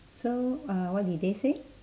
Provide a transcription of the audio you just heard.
so uh what did they say